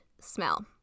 smell